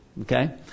Okay